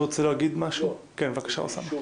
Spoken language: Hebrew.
בבקשה, אוסאמה.